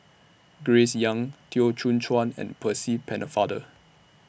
Grace Young Teo Soon Chuan and Percy Pennefather